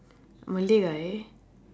malay guy